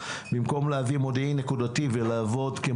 במקום להביא מודיעין נקודתי ולעבוד עם